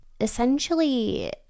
essentially